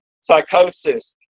psychosis